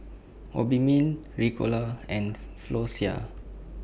Obimin Ricola and Floxia